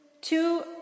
Two